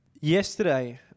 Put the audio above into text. yesterday